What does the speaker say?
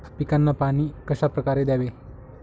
पिकांना पाणी कशाप्रकारे द्यावे?